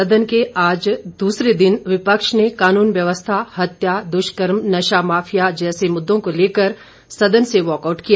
सदन के आज दूसरे दिन विपक्ष ने कानून व्यवस्था हत्या दुष्कर्म नशा माफिया आदि मुद्दों को लेकर सदन से वाकआऊट किया